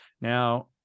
Now